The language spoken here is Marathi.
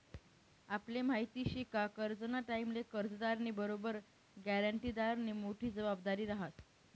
आपले माहिती शे का करजंना टाईमले कर्जदारनी बरोबर ग्यारंटीदारनी मोठी जबाबदारी रहास